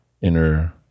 inner